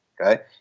okay